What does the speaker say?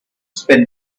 spend